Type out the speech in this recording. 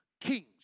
Kings